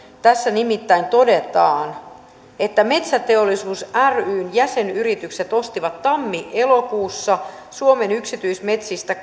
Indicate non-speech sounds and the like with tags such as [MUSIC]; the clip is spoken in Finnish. tässä nimittäin todetaan että metsäteollisuus ryn jäsenyritykset ostivat tammi elokuussa suomen yksityismetsistä [UNINTELLIGIBLE]